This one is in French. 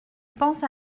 pense